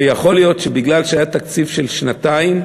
ויכול להיות שמכיוון שהיה תקציב של שנתיים,